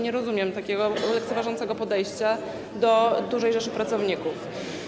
Nie rozumiem takiego lekceważącego podejścia do dużej rzeszy pracowników.